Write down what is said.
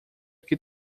que